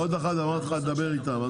ועוד אחת שאמרתי לך לדבר איתם.